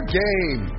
game